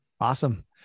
Awesome